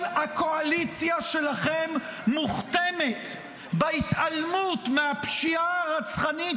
כל הקואליציה שלכם מוכתמת בהתעלמות מהפשיעה הרצחנית,